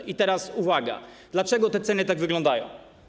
I teraz uwaga: Dlaczego te ceny tak wyglądają?